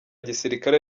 gisirikare